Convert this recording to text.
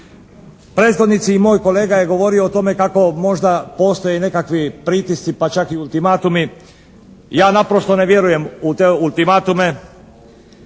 Prethodnici i moj kolega je govorio o tome kako možda postoje nekakvi pritisci pa čak i ultimatumi. Ja naprosto ne vjerujem u te ultimatume